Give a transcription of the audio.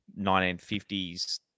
1950s